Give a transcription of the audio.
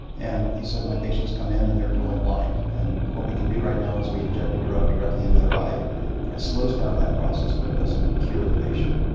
and he said my patients come in and they're going blind. and what we can do right now is we inject a drug directly into their eye and it slows down that process but it doesn't cure the patient.